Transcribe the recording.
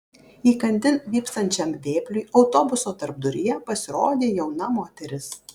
įkandin vypsančiam vėpliui autobuso tarpduryje pasirodė jauna moteris